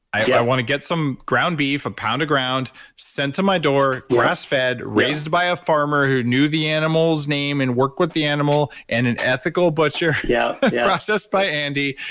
i want to get some ground beef, a pound of ground sent to my door, grass-fed, raised by a farmer who knew the animals name and worked with the animal and an ethical butcher yeah processed by andy.